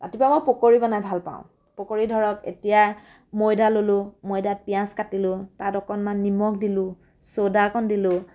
ৰাতিপুৱা মই পকৰী বনাই ভাল পাওঁ পকৰী ধৰক এতিয়া ময়দা ল'লোঁ ময়দাত পিঁয়াজ কাটিলোঁ তাত অকণমান নিমখ দিলোঁ ছ'ডা অকণ দিলোঁ